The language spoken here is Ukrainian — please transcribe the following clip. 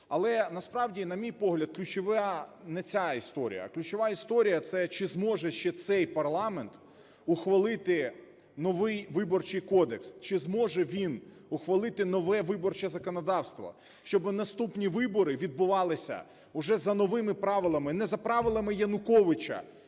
Але насправді, на мій погляд, ключова не ця історія, а ключова історія – це чи зможе ще цей парламент ухвалити новий Виборчий кодекс, чи зможе він ухвалити нове виборче законодавство, щоби наступні вибори відбувалися вже за новими правилами. Не за правилами Януковича,